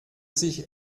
sich